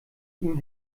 ihm